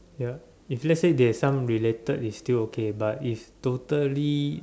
ya if let's say there's some related is still okay but it's totally